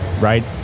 right